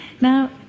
Now